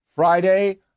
Friday